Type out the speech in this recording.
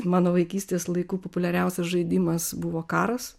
mano vaikystės laikų populiariausias žaidimas buvo karas